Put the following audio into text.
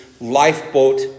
lifeboat